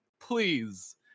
please